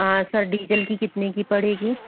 sir diesel की कितने की पड़ेगी